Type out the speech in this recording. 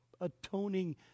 atoning